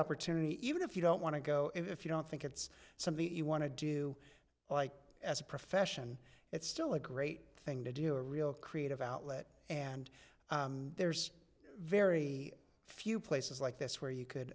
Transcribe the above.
opportunity even if you don't want to go if you don't think it's something you want to do like as a profession it's still a great thing to do a real creative outlet and there's very few places like this where you